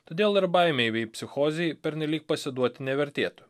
todėl ir baimei bei psichozei pernelyg pasiduoti nevertėtų